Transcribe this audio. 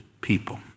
people